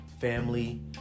family